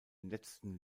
letzten